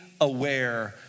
aware